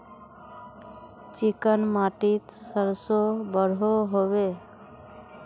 Chicken माटित सरसों बढ़ो होबे?